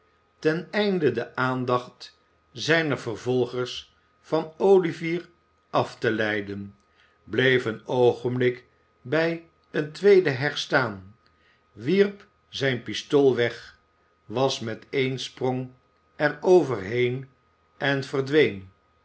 ten einde de aandacht zijner vervolgers van olivier af te leiden bleef een oogenblik bij een tweede heg staan wierp zijn pistool weg was met één sprong er overheen en verdween